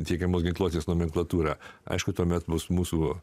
tiekiamos ginkluotės nomenklatūrą aišku tuomet mus mūsų